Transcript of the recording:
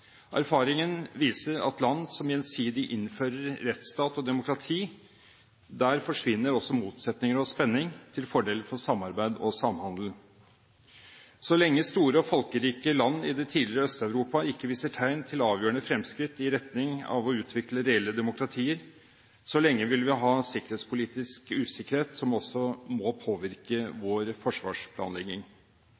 Erfaringen viser at i land som gjensidig innfører rettsstat og demokrati, forsvinner også motsetninger og spenning til fordel for samarbeid og samhandel. Så lenge store og folkerike land i det tidligere Øst-Europa ikke viser tegn til avgjørende fremskritt i retning av å utvikle reelle demokratier, vil vi ha en sikkerhetspolitisk usikkerhet som også må påvirke